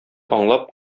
аңлап